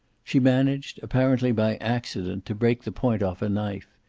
she managed, apparently by accident, to break the point off a knife,